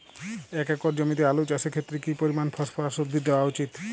এক একর জমিতে আলু চাষের ক্ষেত্রে কি পরিমাণ ফসফরাস উদ্ভিদ দেওয়া উচিৎ?